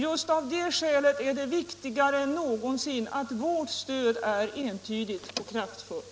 Just av det skälet är det viktigare än någonsin att vårt stöd är entydigt och kraftfullt.